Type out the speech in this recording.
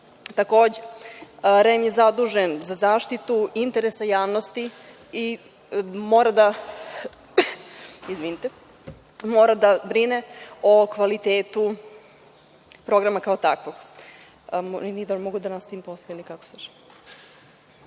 Takođe, REM je zadužen za zaštitu interesa javnosti i mora da brine o kvalitetu programa kao takvog. Da